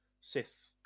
Sith